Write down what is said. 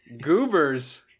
Goobers